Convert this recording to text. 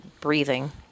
breathing